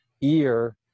ear